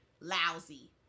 lousy